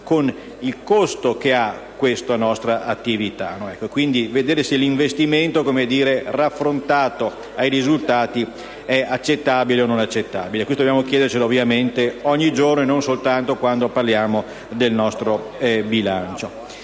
con il costo che ha la nostra attività e quindi valutando se l'investimento raffrontato ai risultati è accettabile o meno: questo dobbiamo chiedercelo, ovviamente, ogni giorno e non soltanto quando esaminiamo il nostro bilancio.